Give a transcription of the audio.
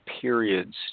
periods